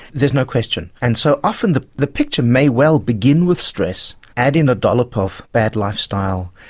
there's no question, and so often the the picture may well begin with stress, add in a dollop of bad lifestyle,